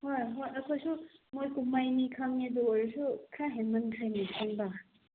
ꯍꯣꯏ ꯍꯣꯏ ꯑꯩꯈꯣꯏꯁꯨ ꯃꯈꯣꯏ ꯀꯨꯝꯍꯩꯅꯤ ꯈꯪꯉꯦ ꯑꯗꯨ ꯑꯣꯏꯔꯁꯨ ꯈꯔ ꯍꯦꯟꯃꯟꯈ꯭ꯔꯦꯅꯦ